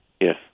Yes